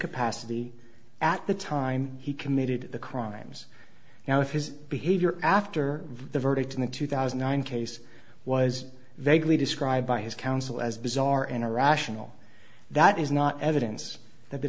capacity at the time he committed the crimes now if his behavior after the verdict in the two thousand nine case was vaguely described by his counsel as bizarre and irrational that is not evidence that